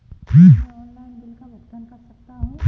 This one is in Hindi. क्या मैं ऑनलाइन बिल का भुगतान कर सकता हूँ?